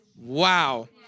Wow